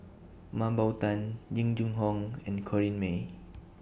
Mah Bow Tan Jing Jun Hong and Corrinne May